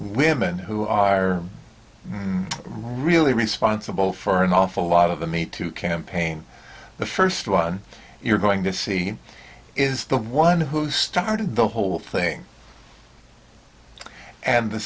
women who are really responsible for an awful lot of the me two campaign the first one you're going to see is the one who started the whole thing and the